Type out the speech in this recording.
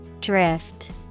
Drift